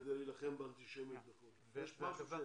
כדי להילחם באנטישמיות בחוץ לארץ.